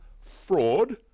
fraud